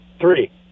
Three